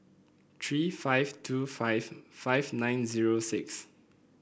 three five two five five nine zero six